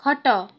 ଖଟ